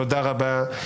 תודה רבה.